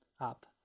up